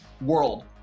world